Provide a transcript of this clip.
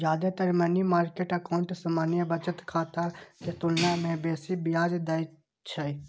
जादेतर money market account सामान्य बचत खाता के तुलना मे बेसी ब्याज दै छै